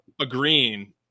agreeing